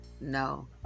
no